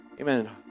Amen